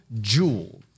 jewel